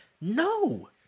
no